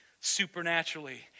supernaturally